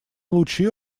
лучи